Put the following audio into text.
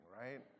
right